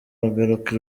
bagaruka